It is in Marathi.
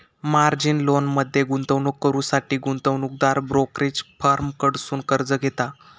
मार्जिन लोनमध्ये गुंतवणूक करुसाठी गुंतवणूकदार ब्रोकरेज फर्म कडसुन कर्ज घेता